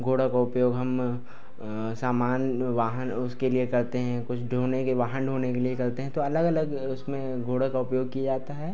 घोड़ों का उपयोग हम सामान वाहन उसके लिए करते हैं कुछ ढोने के वाहन ढोने के लिए करते हैं तो अलग अलग उसमें घोड़ों का उपयोग किया जाता है